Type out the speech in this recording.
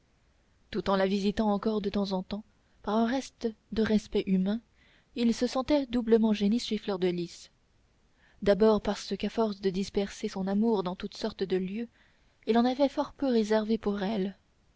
tout en la visitant encore de temps en temps par un reste de respect humain il se sentait doublement gêné chez fleur de lys d'abord parce qu'à force de disperser son amour dans toutes sortes de lieux il en avait fort peu réservé pour elle